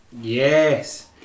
Yes